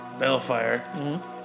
Bellfire